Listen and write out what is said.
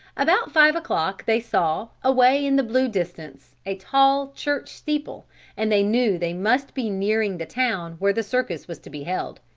about five o'clock they saw, away in the blue distance, a tall church steeple and they knew they must be nearing the town where the circus was to be held.